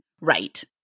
Right